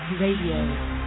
Radio